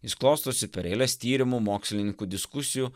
jis klostosi per eiles tyrimų mokslininkų diskusijų